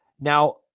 Now